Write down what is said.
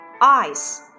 ice